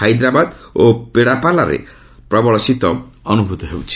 ହାଇଦ୍ରାବାଦ ଓ ପେଡ଼ାପାଲେରେ ପ୍ରବଳ ଶୀତ ଅନୁଭୂତ ହେଉଛି